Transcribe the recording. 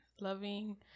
loving